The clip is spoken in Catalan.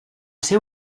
ser